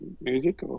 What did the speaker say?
music